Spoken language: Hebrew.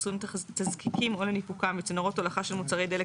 לאחסון תזקיקים או לניפוקם וצינורות הולכה של מוצרי דלק